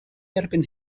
erbyn